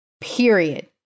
period